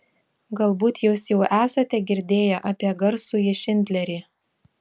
galbūt jūs jau esate girdėję apie garsųjį šindlerį